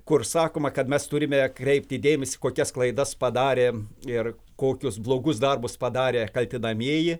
kur sakoma kad mes turime kreipti dėmesį kokias klaidas padarė ir kokius blogus darbus padarė kaltinamieji